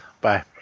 Bye